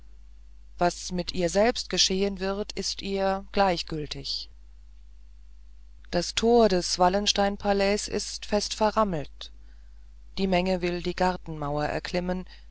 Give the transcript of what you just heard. was mit ihr selbst geschehen wird ist ihr gleichgültig das tor des wallensteinpalais ist fest verrammelt die menge will die gartenmauer erklimmen